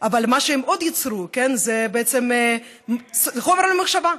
מה שהם עוד יצרו זה בעצם חומר למחשבה,